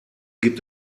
gibt